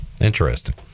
interesting